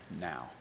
now